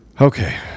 Okay